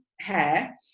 hair